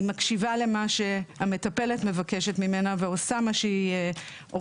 היא מקשיבה למה שהמטפלת מבקשת ממנה ועושה מה שהיא אומרת.